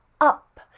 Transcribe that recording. up